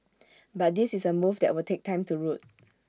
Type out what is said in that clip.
but this is A move that will take time to root